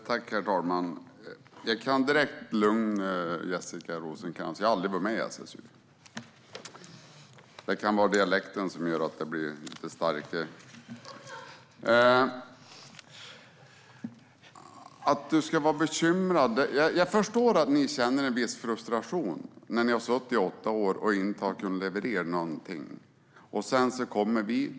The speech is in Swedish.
Herr talman! Jag kan direkt lugna Jessica Rosencrantz: Jag har aldrig varit med i SSU. Det kan vara dialekten som gör att det låter lite starkare. Du säger att du är bekymrad, Jessica Rosencrantz. Jag förstår att ni känner viss frustration när ni har suttit vid makten i åtta år utan att kunna leverera någonting. Sedan kom vi.